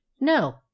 No